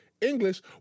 English